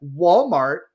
Walmart